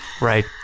Right